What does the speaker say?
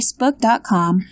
facebook.com